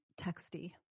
texty